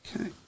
Okay